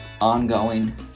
ongoing